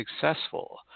successful